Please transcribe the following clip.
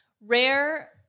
rare